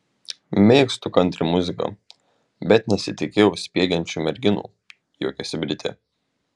mėgstu kantri muziką bet nesitikėjau spiegiančių merginų juokiasi britė